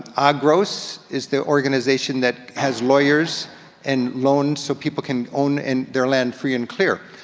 agros is the organization that has lawyers and loans so people can own and their land free and clear.